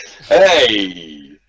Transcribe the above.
Hey